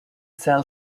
cell